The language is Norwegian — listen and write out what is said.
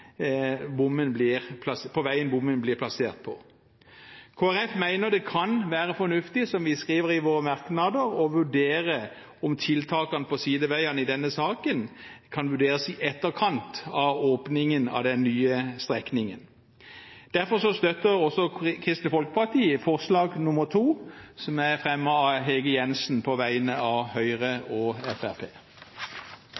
bommen blir plassert på. Kristelig Folkeparti mener det kan være fornuftig, som vi skriver i våre merknader, å vurdere om tiltakene på sideveiene i denne saken kan vurderes i etterkant av åpningen av den nye strekningen. Derfor støtter også Kristelig Folkeparti forslag nr. 2, som er fremmet av Hege Jensen på vegne av Høyre